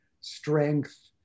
strength